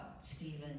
Stephen